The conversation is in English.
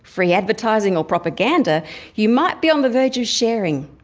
free advertising or propaganda you might be on the verge of sharing.